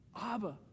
Abba